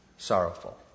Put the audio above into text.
Sorrowful